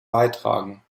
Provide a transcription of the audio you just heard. beitragen